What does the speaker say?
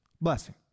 blessing